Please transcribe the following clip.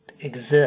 exist